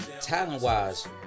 talent-wise